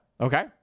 Okay